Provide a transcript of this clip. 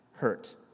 hurt